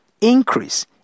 increase